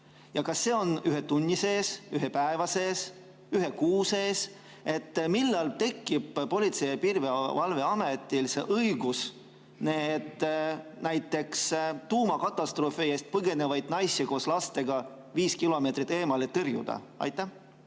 Ja kas see on ühe tunni sees, ühe päeva sees, ühe kuu sees? Millal tekib Politsei- ja Piirivalveametil õigus näiteks tuumakatastroofi eest põgenevaid naisi koos lastega viie kilomeetri alalt eemale tõrjuda? Aitäh!